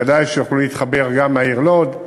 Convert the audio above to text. ודאי שיוכלו להתחבר גם מהעיר לוד.